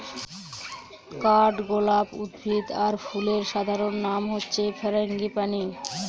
কাঠগলাপ উদ্ভিদ আর ফুলের সাধারণ নাম হচ্ছে ফারাঙ্গিপানি